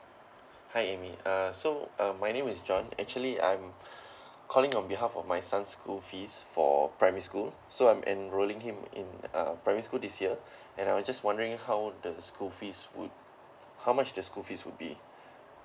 hi A M Y uh so uh my name is J O H N actually I'm calling on behalf of my son's school fees for primary school so I'm enrolling him in a primary school this year and I was just wondering how the school fees would how much the school fees would be